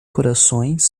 corações